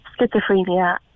schizophrenia